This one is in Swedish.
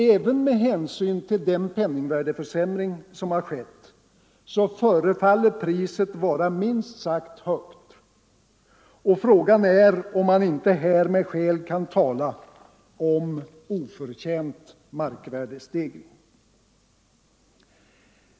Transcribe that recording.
Även med hänsyn till den penningvärdeförsämring som skett förefaller priset vara minst sagt högt, och frågan är om man inte här med skäl kan tala om oförtjänt markvärdestegring.